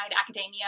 academia